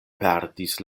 perdis